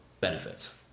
benefits